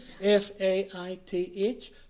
F-A-I-T-H